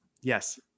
Yes